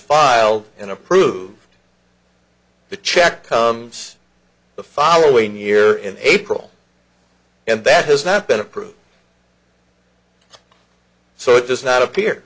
filed in approved the check comes the following year in april and that has not been approved so it does not appear